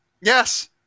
Yes